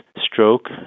stroke